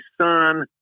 son